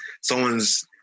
someone's